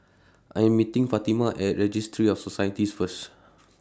I Am meeting Fatima At Registry of Societies First